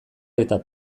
eta